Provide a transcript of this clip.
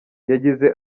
yagize